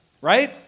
right